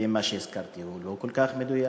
ואם מה שהזכרתי לא כל כך מדויק.